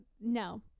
No